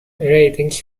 ratings